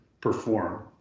perform